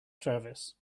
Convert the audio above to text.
travis